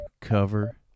cover